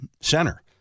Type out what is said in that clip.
center